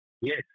Yes